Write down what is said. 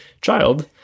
child